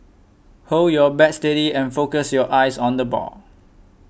hold your bat steady and focus your eyes on the ball